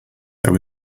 there